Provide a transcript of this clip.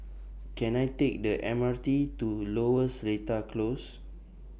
Can I Take The M R T to Lower Seletar Close